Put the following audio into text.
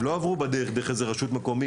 הם לא עברו דרך איזו רשות מקומית,